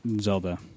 Zelda